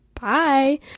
Bye